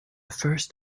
first